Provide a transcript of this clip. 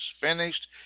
finished